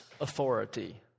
authority